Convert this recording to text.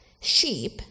Sheep